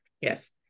yes